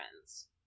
friends